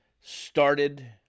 started